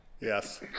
Yes